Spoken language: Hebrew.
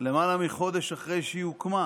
למעלה מחודש אחרי שהיא הוקמה: